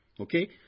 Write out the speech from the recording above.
Okay